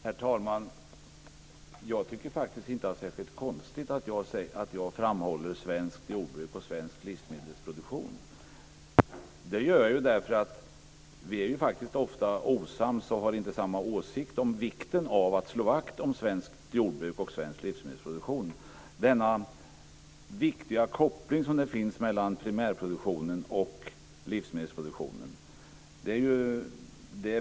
Herr talman! Jag tycker faktiskt inte att det är särskilt konstigt att jag framhåller svenskt jordbruk och svensk livsmedelsproduktion. Det gör jag därför att vi faktiskt ofta är osams och inte har samma åsikt om vikten av att slå vakt om svenskt jordbruk och svensk livsmedelsproduktion - denna viktiga koppling som det finns mellan primärproduktionen och livsmedelsproduktionen.